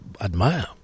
admire